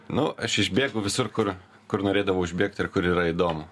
nu aš išbėgu visur kur kur norėdavo išbėgt ir kur yra įdomu